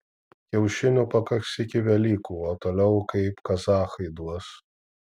kiaušinių pakaks iki velykų o toliau kaip kazachai duos